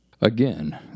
Again